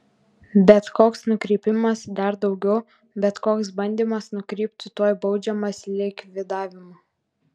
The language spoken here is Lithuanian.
bet koks nukrypimas dar daugiau bet koks bandymas nukrypti tuoj baudžiamas likvidavimu